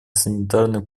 санитарной